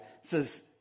says